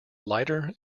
lighter